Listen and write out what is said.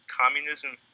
communism